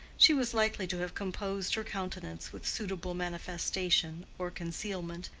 she was likely to have composed her countenance with suitable manifestation or concealment,